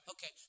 Okay